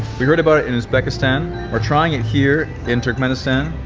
we heard about it in uzbekistan. we're trying it here in turkmenistan.